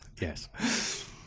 yes